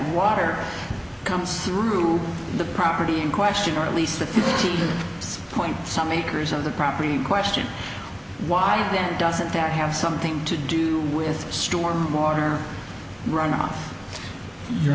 water comes through the property in question or at least at some point some acres of the property in question why then doesn't that have something to do with storm water runoff you